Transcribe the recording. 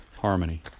harmony